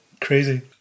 Crazy